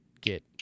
get